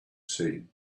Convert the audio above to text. seen